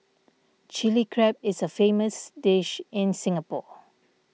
Chilli Crab is a famous dish in Singapore